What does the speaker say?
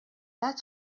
that